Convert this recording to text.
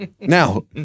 Now